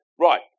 right